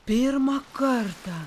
pirmą kartą